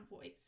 voice